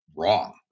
wrong